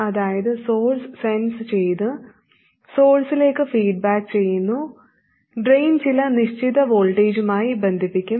അതായതു source sense ചെയ്ത് സോഴ്സിലേക്ക് ഫീഡ്ബാക്ക് ചെയ്യുന്നു ഡ്രെയിൻ ചില നിശ്ചിത വോൾട്ടേജുമായി ബന്ധിപ്പിക്കും